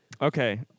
Okay